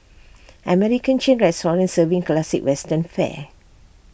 American chain restaurant serving classic western fare